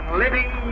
living